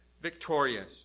victorious